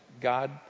God